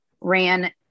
ran